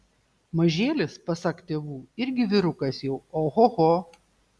mažėlis pasak tėvų irgi vyrukas jau ohoho